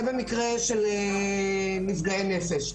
זה במקרה של נפגעי נפש.